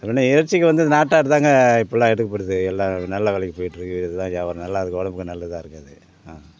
அப்படின்னா இறைச்சிக்கு வந்து இந்த நாட்டு ஆடு தாங்க இப்போலாம் எடுக்கப்படுது எல்லா நல்ல விலைக்கு போயிகிட்ருக்குது இதுதான் வியாவாரம் நல்லாருக்கு உடம்புக்கும் நல்லதாக இருக்குது அது ஆ